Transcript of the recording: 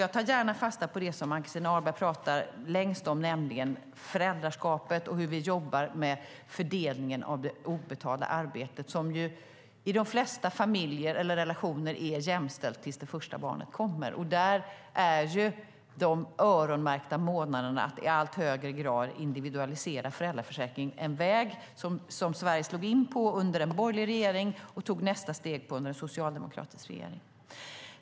Jag tar gärna fasta på det Ann-Christin Ahlberg talar mest om, nämligen föräldraskapet och hur vi jobbar med fördelningen av det obetalda arbetet. I de flesta familjer eller relationer är ju detta jämställt - tills det första barnet kommer. Där är de öronmärkta månaderna, att i allt högre grad individualisera föräldraförsäkringen, en väg Sverige slog in på under en borgerlig regering och tog nästa steg på under en socialdemokratisk regering.